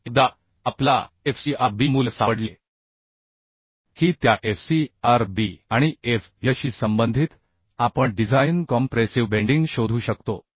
तर एकदा आपल्याला f c r b मूल्य सापडले की त्या f c r b आणि f y शी संबंधित आपण डिझाइन कॉम्प्रेसिव बेंडिंग शोधू शकतो